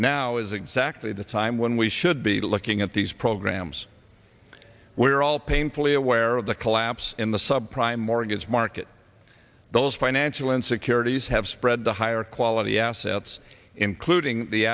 now is exactly the time when we should be looking at these programs we are all painfully aware of the collapse in the subprime mortgage market those financial insecurities have spread to higher quality assets including the